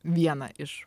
vieną iš